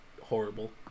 horrible